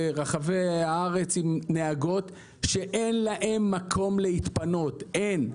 ברחבי הארץ עם נהגות שאין להן מקום להתפנות, אין.